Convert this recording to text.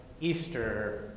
Easter